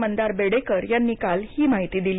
मंदार बेडेकर यांनी काल ही माहिती दिली